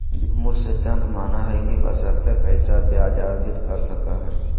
वित्त के मूल सिद्धांत मानय हइ कि बशर्ते पैसा ब्याज अर्जित कर सको हइ